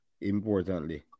Importantly